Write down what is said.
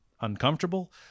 uncomfortable